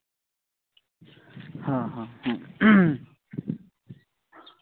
ᱦᱮᱸ ᱦᱮᱸ